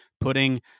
putting